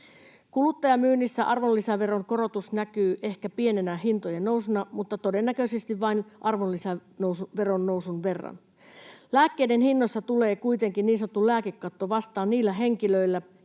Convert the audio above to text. Kuluttajamyynnissä arvonlisäveron korotus näkyy ehkä pienenä hintojen nousuna, mutta todennäköisesti vain arvonlisäveron nousun verran. Lääkkeiden hinnoissa tulee kuitenkin niin sanottu lääkekatto vastaan niillä henkilöillä,